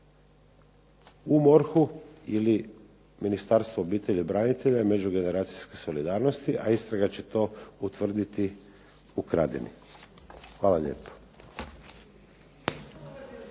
u MORH-u ili u Ministarstvu obitelji i branitelja i međugeneracijske solidarnosti, a istraga će to utvrditi ukradenim. Hvala lijepo.